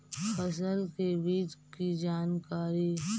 फसल के बीज की जानकारी?